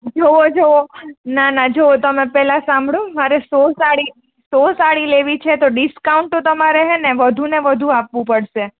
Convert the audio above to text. જોવો જોવો નાના જોવો તમે પેહલા સાંભડો મારે સો સાડી સો સાડી લેવી છે તો ડિસકાઉન્ટ તમારે વધુ ને વધુ આપવું પડશે